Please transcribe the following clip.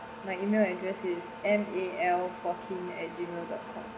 my email address is M E L fourteen at gmail dot com